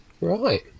Right